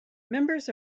members